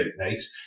techniques